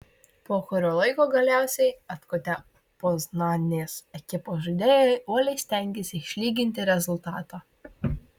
po kurio laiko galiausiai atkutę poznanės ekipos žaidėjai uoliai stengėsi išlyginti rezultatą